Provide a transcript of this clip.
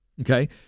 Okay